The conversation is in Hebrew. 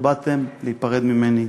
שבאתם להיפרד ממני.